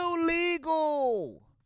illegal